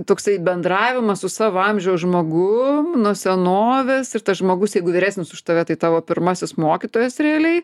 toksai bendravimas su savo amžiaus žmogum nuo senovės ir tas žmogus jeigu vyresnis už tave tai tavo pirmasis mokytojas realiai